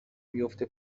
میفته